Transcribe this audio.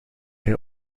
hij